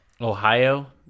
Ohio